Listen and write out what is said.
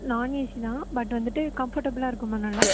நான் ஏசி தான் பட் வந்துட்டு கம்ஃபர்ட்டபுளாக இருக்குமா நல்லா